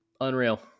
Unreal